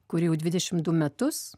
kur jau dvidešim du metus